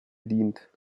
dient